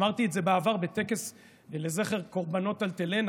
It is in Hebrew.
אמרתי את זה בעבר בטקס לזכר קורבנות אלטלנה